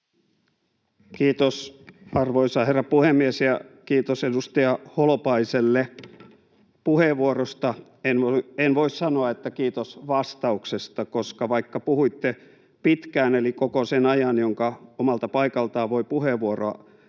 Kiitos, arvoisa herra puhemies! Ja kiitos edustaja Holopaiselle puheenvuorosta. En voi sanoa, että kiitos vastauksesta, koska vaikka puhuitte pitkään eli koko sen ajan, jonka omalta paikaltaan voi puheenvuoroa